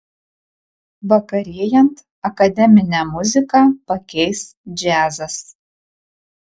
vakarėjant akademinę muziką pakeis džiazas